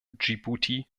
dschibuti